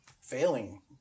failing